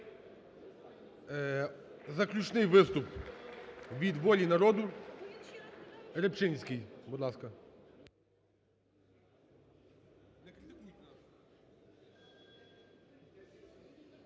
Заключний виступ від "Волі народу". Рибчинський, будь ласка.